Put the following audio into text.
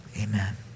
Amen